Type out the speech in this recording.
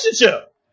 relationship